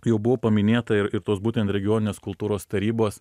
jau buvo paminėta ir ir tos būtent regioninės kultūros tarybos